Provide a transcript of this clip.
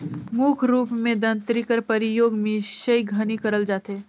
मुख रूप मे दँतरी कर परियोग मिसई घनी करल जाथे